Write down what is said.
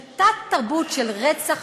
של תת-תרבות של רצח,